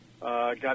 got